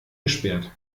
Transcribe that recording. gesperrt